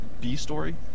B-story